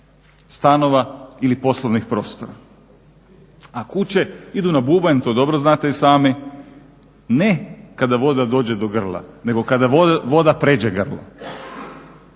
stanova ili poslovnih prostora, a kuće idu na bubanj to dobro znate i sami ne kada voda dođe do grla, nego kada voda prijeđe grlo.